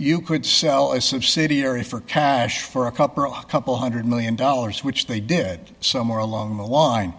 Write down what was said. you could sell a subsidiary for cash for a couple couple one hundred million dollars which they did somewhere along the line